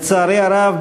לצערי הרב,